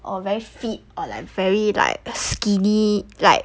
a very fit or like very like skinny like